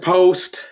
Post